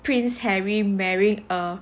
prince harry marrying a